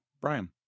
Brian